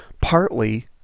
partly